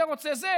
זה רוצה זה.